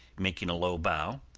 making a low bow.